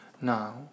now